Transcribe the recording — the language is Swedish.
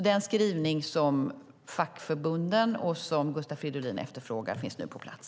Den skrivning som fackförbunden och Gustav Fridolin efterfrågar finns alltså nu på plats.